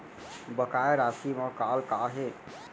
बकाया राशि मा कॉल का हे?